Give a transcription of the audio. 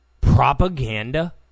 Propaganda